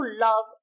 love